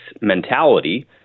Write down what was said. mentality